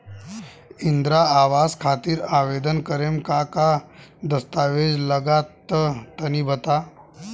इंद्रा आवास खातिर आवेदन करेम का का दास्तावेज लगा तऽ तनि बता?